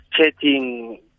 chatting